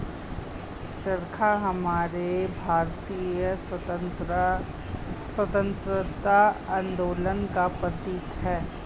चरखा हमारे भारतीय स्वतंत्रता आंदोलन का प्रतीक है